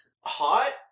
hot